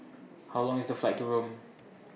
How Long IS The Flight to Rome